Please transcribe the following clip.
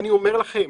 אני אומר לכם,